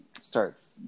starts